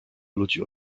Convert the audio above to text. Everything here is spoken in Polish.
ludzi